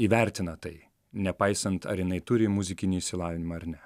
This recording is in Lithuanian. įvertina tai nepaisant ar jinai turi muzikinį išsilavinimą ar ne